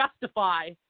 justify